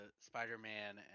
Spider-Man